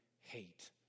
hate